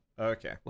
Okay